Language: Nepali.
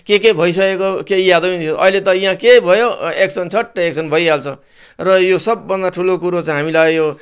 के के भइसकेको केही यादै अहिले त यहाँ के भयो एक्सन छट्ट एक्सन भइहाल्छ र यो सब भन्दा ठुलो कुरो चाहिँ हामीलाई यो